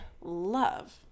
love